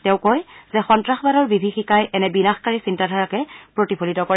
তেওঁ কয় যে সন্ত্ৰাসবাদৰ বিভীযিকাই এনে বিনাশকাৰী চিন্তাধাৰাকে প্ৰতিফলিত কৰে